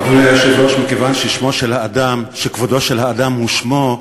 אדוני היושב-ראש, מכיוון שכבודו של האדם הוא שמו,